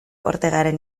ortegaren